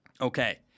okay